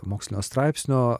mokslinio straipsnio